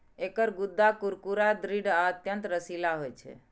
एकर गूद्दा कुरकुरा, दृढ़ आ अत्यंत रसीला होइ छै